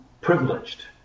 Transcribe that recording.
privileged